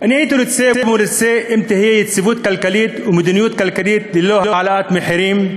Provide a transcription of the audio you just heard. הייתי רוצה שתהיה יציבות כלכלית ומדיניות כלכלית ללא העלאת מחירים,